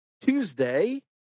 Tuesday